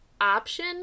option